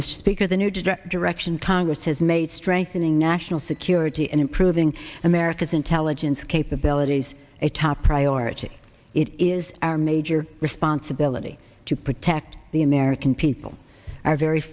director direction congress has made strengthening national security and improving america's intelligence capabilities a top priority it is our major responsibility to protect the american people are very